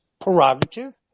prerogative